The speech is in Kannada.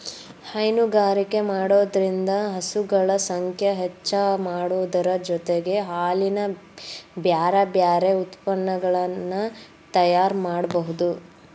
ಹೈನುಗಾರಿಕೆ ಮಾಡೋದ್ರಿಂದ ಹಸುಗಳ ಸಂಖ್ಯೆ ಹೆಚ್ಚಾಮಾಡೋದರ ಜೊತೆಗೆ ಹಾಲಿನ ಬ್ಯಾರಬ್ಯಾರೇ ಉತ್ಪನಗಳನ್ನ ತಯಾರ್ ಮಾಡ್ಬಹುದು